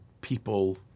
people